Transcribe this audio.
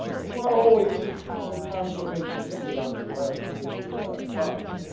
it's not always sometimes what makes you think about your last words or your last thoughts.